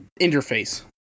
interface